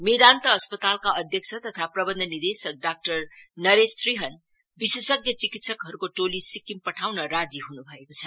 मेदान्त अस्पतालका अध्यक्ष तथा प्रबन्ध निर्देशक डाक्टर नरेश त्रिहन विशेषज्ञ चिकित्सकहरूको टोली सिक्किम पठाउन राजी ह्नु भएको छ